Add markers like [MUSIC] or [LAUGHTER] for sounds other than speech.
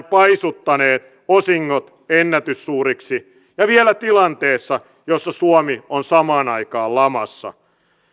[UNINTELLIGIBLE] paisuttaneet osingot ennätyssuuriksi ja vielä tilanteessa jossa suomi on samaan aikaan lamassa